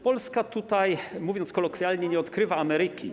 Polska tutaj, mówiąc kolokwialnie, nie odkrywa Ameryki.